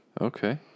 Okay